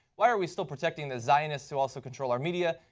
why are we still protecting the zionists who also control our media?